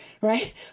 right